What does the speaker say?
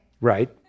Right